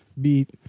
beat